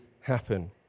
happen